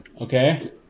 Okay